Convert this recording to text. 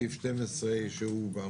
בסעיף 12, שהוא נמצא